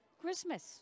Christmas